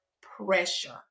pressure